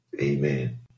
Amen